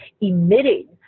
emitting